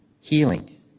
healing